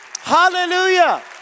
hallelujah